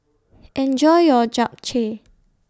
Enjoy your Japchae